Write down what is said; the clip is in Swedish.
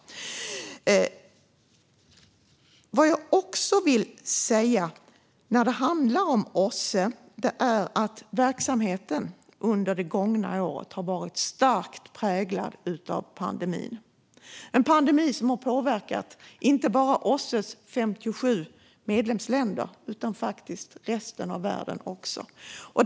Vad jag också vill säga när det gäller OSSE är att verksamheten under det gångna året har varit starkt präglad av pandemin. Den har påverkat inte bara OSSE:s 57 medlemsländer utan också resten av världen.